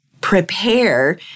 prepare